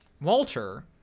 Walter